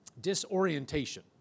disorientation